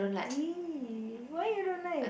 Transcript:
!ee! why you don't like